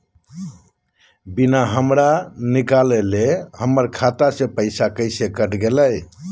बिना हमरा निकालले, हमर खाता से पैसा कैसे कट गेलई?